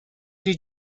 did